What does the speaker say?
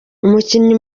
umukinnyi